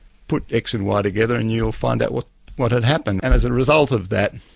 put x and y together and you'll find out what what had happened. and as a result of that,